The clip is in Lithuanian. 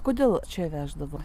kodėl čia veždavo